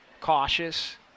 cautious